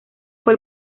fue